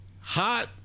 Hot